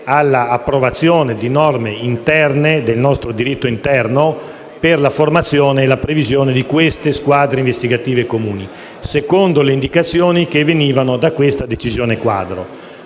all'approvazione di norme del nostro diritto interno per la formazione e la previsione di queste squadre investigative comuni, secondo le indicazioni che venivano da questa decisione quadro.